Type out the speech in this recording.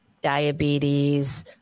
diabetes